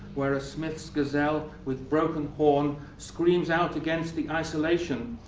where a smith's gazelle with broken horn screams out against the isolation.